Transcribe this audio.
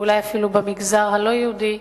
אולי אפילו במגזר הלא-יהודי,